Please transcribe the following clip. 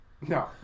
No